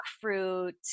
fruit